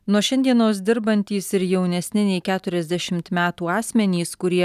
nuo šiandienos dirbantys ir jaunesni nei keturiasdešimt metų asmenys kurie